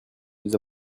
plus